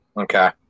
Okay